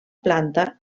planta